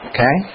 Okay